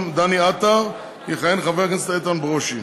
דני עטר יכהן חבר הכנסת איתן ברושי.